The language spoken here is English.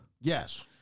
Yes